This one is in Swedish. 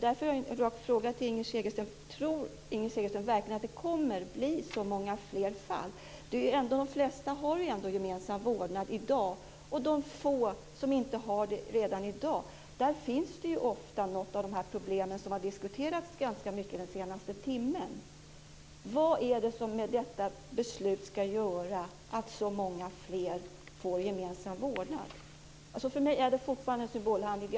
Därför har jag en rak fråga till Inger Segelström: Tror Inger Segelström verkligen att det kommer att bli så många fler fall? De flesta har ändå gemensam vårdnad i dag. De få som inte har det redan i dag har ofta något av de problem som har diskuterats ganska mycket den senaste timmen. Vad är det i detta beslut som skall göra att så många fler får gemensam vårdnad? För mig är det fortfarande en symbolhandling.